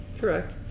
Correct